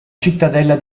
cittadella